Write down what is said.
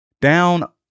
down